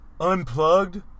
unplugged